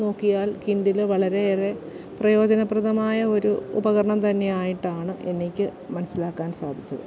നോക്കിയാൽ കിൻഡില് വളരെയേറെ പ്രയോജനപ്രദമായ ഒരു ഉപകരണം തന്നെ ആയിട്ടാണ് എനിക്ക് മനസിലാക്കാൻ സാധിച്ചത്